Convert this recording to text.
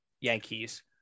Yankees